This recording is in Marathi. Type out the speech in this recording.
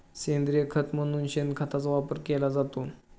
सेंद्रिय खत म्हणून शेणखताचा वापर केला जातो